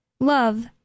Love